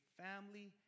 family